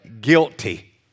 guilty